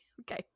Okay